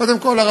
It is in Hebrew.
קודם כול,